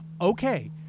okay